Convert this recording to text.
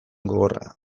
gogorra